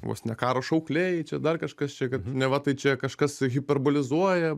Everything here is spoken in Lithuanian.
vos ne karo šaukliai čia dar kažkas čia kad neva tai čia kažkas hiperbolizuoja